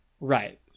Right